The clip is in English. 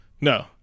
no